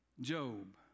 Job